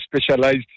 specialized